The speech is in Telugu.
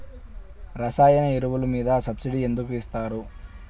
రసాయన ఎరువులు మీద సబ్సిడీ ఎందుకు ఇస్తారు?